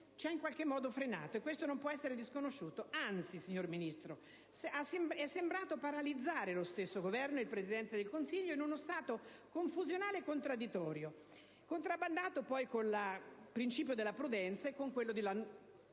ci ha in qualche modo frenato; questo non può essere disconosciuto. Anzi, signor Ministro, è sembrato paralizzare lo stesso Governo e il Presidente del Consiglio in uno stato confusionale e contraddittorio, contrabbandato poi con il principio della prudenza e con quello della